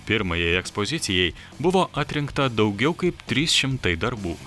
pirmajai ekspozicijai buvo atrinkta daugiau kaip trys šimtai darbų